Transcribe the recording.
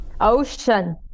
Ocean